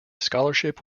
scholarship